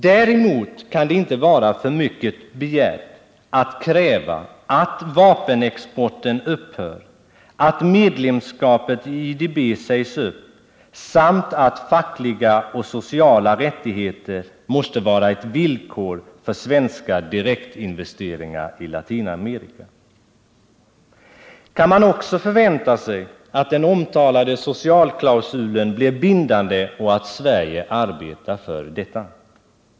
Däremot kan det inte vara för mycket begärt att kräva att vapenexporten upphör, medlemskapet i IDB sägs upp samt att fackliga och sociala rättigheter måste vara ett villkor för svenska direktinvesteringar i Latinamerika. Kan man också förvänta sig att den omtalade socialklausulen blir bindande och att Sverige arbetar för detta?